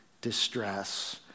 distress